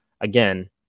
again